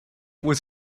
was